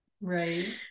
Right